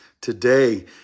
Today